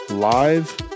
Live